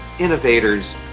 Innovators